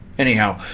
anyhow.